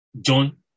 John